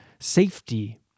Safety